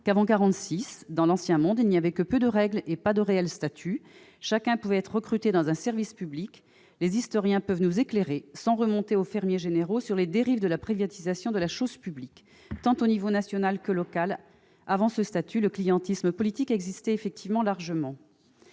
qu'avant 1946- dans l'ancien monde ... -il n'y avait que peu de règles et pas de réel statut. Chacun pouvait être recruté dans un service public. Les historiens peuvent nous éclairer, sans remonter aux fermiers généraux, sur les dérives de la privatisation de la chose publique, à l'échelon tant national que local. Avant la mise en place du statut, le clientélisme politique existait largement.